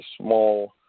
small